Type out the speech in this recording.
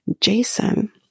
Jason